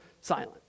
silent